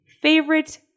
favorite